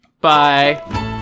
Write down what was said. bye